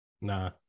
Nah